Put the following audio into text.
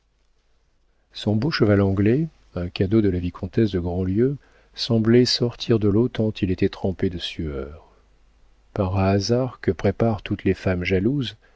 son beau cheval anglais un cadeau de la vicomtesse de grandlieu semblait sortir de l'eau tant il était trempé de sueur par un hasard que préparent toutes les femmes jalouses